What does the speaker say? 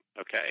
okay